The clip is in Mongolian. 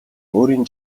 өөрийн